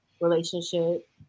relationship